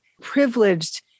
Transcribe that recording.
privileged